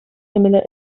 similar